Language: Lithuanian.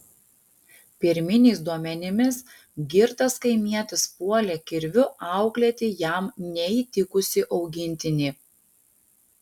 pirminiais duomenimis girtas kaimietis puolė kirviu auklėti jam neįtikusį augintinį